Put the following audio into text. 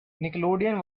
nickelodeon